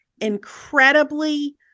incredibly